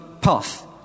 path